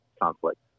conflict